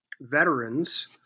veterans